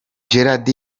gerard